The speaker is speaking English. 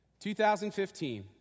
2015